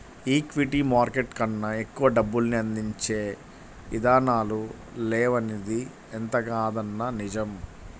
equity market కన్నా ఎక్కువ డబ్బుల్ని అందించే ఇదానాలు లేవనిది ఎంతకాదన్నా నిజం